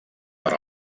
per